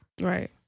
Right